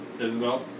Isabel